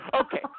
Okay